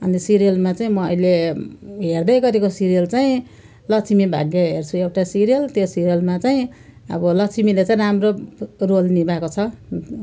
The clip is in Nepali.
अन्त सिरियलमा चाहिँ म अहिले हेर्दैगरेको सिरियल चाहिँ लक्ष्मी भाग्य हेर्छु एउटा सिरियल त्यो सिरियलमा चाहिँ अब लक्ष्मीले चाहिँ राम्रो रोल निभाएको छ